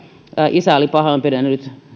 isä oli pahoinpidellyt